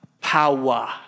Power